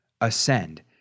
ascend